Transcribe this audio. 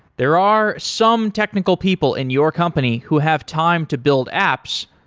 there are some technical people in your company who have time to build apps,